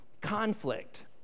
conflict